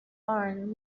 arm